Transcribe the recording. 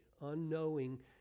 unknowing